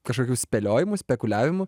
kažkokių spėliojimų spekuliavimų